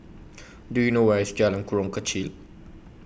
Do YOU know Where IS Jalan Jurong Kechil